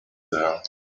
there